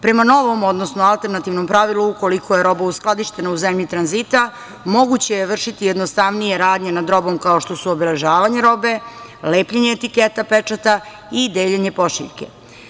Prema novom, odnosno alternativnom, pravilu ukoliko je roba uskladištena u zemlji tranzita moguće je vršiti jednostavnije radnje nad robom kao što su: obeležavanje robe, lepljenje etiketa, pečata i deljenje pošiljke.